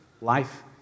life